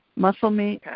muscle meat,